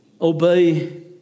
obey